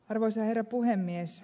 arvoisa herra puhemies